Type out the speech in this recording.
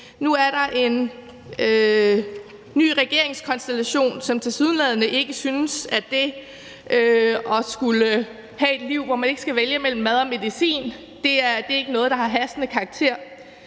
Nu er der en ny regeringskonstellation, som tilsyneladende ikke synes, at et forslag om at skulle have et liv, hvor man ikke skal vælge mellem mad og medicin, er noget, der har hastende karakter.